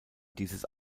dieses